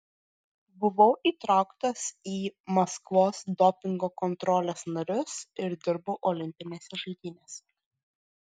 buvau įtrauktas į maskvos dopingo kontrolės narius ir dirbau olimpinėse žaidynėse